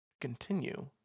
Continue